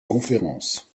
conférence